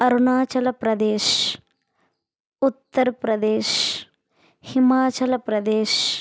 Arunachal Pradesh Uttar Pradesh Himachal Pradesh